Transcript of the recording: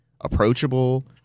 approachable